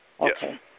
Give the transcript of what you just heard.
Okay